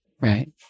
right